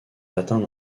atteints